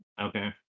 Okay